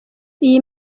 iyi